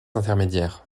intermédiaire